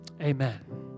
amen